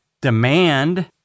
demand